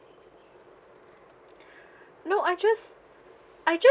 no I just I just